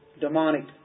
demonic